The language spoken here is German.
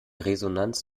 resonanz